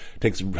takes